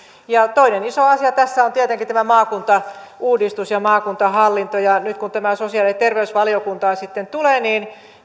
mutta toinen iso asia tässä on tietenkin tämä maakuntauudistus ja maakuntahallinto nyt kun tämä sosiaali ja terveysvaliokuntaan sitten tulee niin